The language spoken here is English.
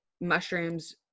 mushrooms